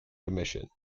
commission